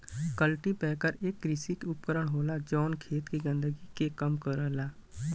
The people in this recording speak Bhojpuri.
कल्टीपैकर एक कृषि उपकरण होला जौन खेत के गंदगी के कम करला